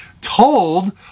told